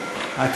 ארידור.